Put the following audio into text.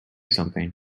something